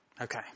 Okay